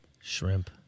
shrimp